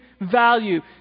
value